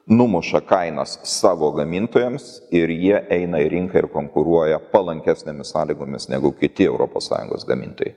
numuša kainas savo gamintojams ir jie eina į rinką ir konkuruoja palankesnėmis sąlygomis negu kiti europos sąjungos gamintojai